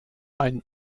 ein